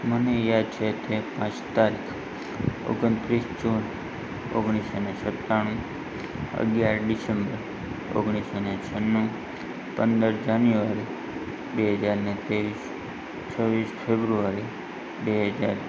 મને યાદ છે તે પાંચ તારીખ ઓગણત્રીસ જૂન ઓગણસીસો ને સત્તાણું અગિયાર ડિસેમ્બર ઓગણીસસો ને છન્નું પંદર જાન્યુઆરી બે હજારને ત્રેવીસ છવ્વીસ ફેબ્રુઆરી બે હજાર